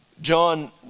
John